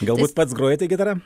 galbūt pats grojate gitara